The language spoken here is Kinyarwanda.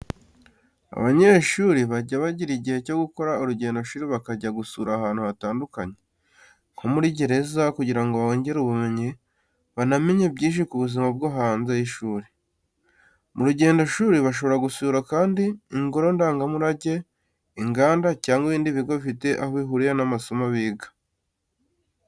Abanyeshuri bajya bagira igihe cyo gukora urugendoshuri bakajya gusura ahantu hatandukanye, nko muri gereza kugira ngo bongere ubumenyi banamenye byinshi ku buzima bwo hanze y'ishuri. Mu rugendoshuri bashobora gusura kandi ingoro ndangamurage, inganda, cyangwa ibindi bigo bifite aho bihuriye n'amasomo biga.